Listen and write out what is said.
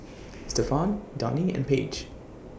Stephon Donie and Paige